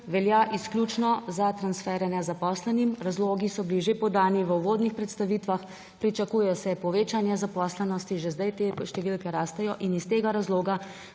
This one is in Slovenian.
velja izključno za transfere nezaposlenim. Razlogi so bili že podani v uvodnih predstavitvah, pričakuje se povečanje zaposlenosti, že zdaj te številke rastejo in iz tega razloga